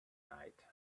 night